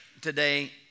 today